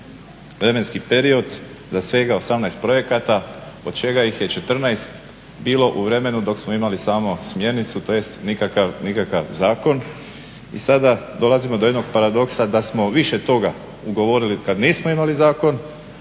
vremenski period za svega 18 projekata od čega ih je 14 bilo u vremenu dok smo imali samo smjernicu tj. nikakav zakon. I sada dolazimo do jednog paradoksa da smo više toga ugovorili kad nismo imali zakon,